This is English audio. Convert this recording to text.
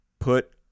Put